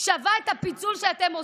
שווה את הפיצול שאתם עושים?